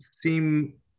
seem